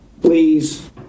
please